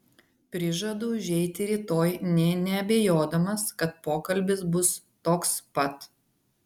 prižadu užeiti rytoj nė neabejodamas kad pokalbis bus toks pat